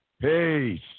Peace